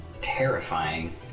Terrifying